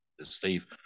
Steve